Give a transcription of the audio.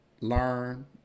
learn